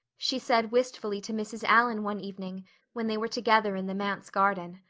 she said wistfully to mrs. allan one evening when they were together in the manse garden.